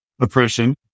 oppression